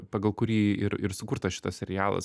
pagal kurį ir ir sukurtas šitas serialas